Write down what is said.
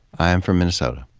i am from minnesota.